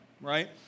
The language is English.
right